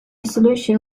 solution